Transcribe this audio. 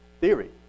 theory